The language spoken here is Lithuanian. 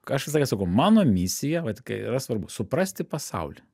aš visą laiką sakau mano misija vat kai yra svarbu suprasti pasaulį